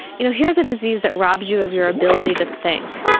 you know here's a disease that robs you of your ability to think,